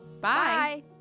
Bye